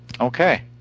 Okay